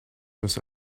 with